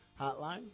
Hotline